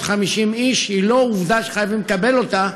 איש היא לא עובדה שחייבים לקבל אותה.